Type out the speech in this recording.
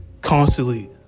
constantly